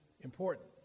important